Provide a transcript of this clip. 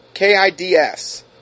KIDS